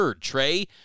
Trey